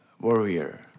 warrior